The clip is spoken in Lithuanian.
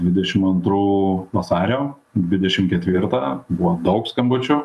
dvidešim antrų vasario dvidešim ketvirtą buvo daug skambučių